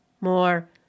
more